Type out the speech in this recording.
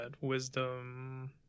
Wisdom